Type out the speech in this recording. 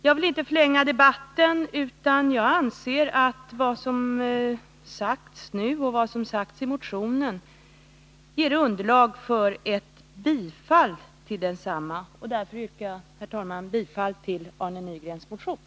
Jag vill inte förlänga debatten, utan jag anser att vad som framförts i motionen och vad som nu har sagts ger underlag för ett bifall till motionen. Därför yrkar jag, herr talman, bifall till Arne Nygrens motion.